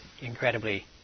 incredibly